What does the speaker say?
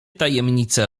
tajemnice